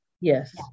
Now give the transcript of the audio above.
Yes